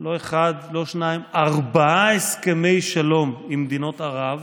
לא אחד, לא שניים, ארבעה הסכמי שלום עם מדינות ערב